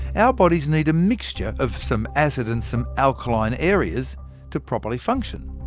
our bodies need a mixture of some acid and some alkaline areas to properly function.